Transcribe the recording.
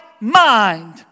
mind